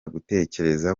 gutekereza